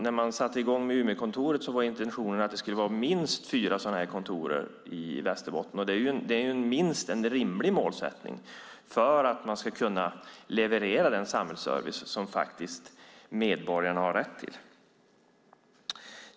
När man startade Umeåkontoret var intentionen att det skulle finnas minst fyra servicekontor i Västerbotten. Det är en rimlig målsättning för att man ska kunna leverera den samhällsservice som medborgarna har rätt till.